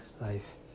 life